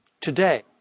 today